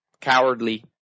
cowardly